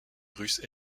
russe